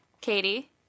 Katie